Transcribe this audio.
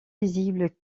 visible